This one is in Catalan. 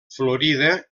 florida